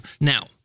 Now